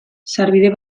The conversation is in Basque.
sarbide